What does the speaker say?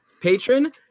patron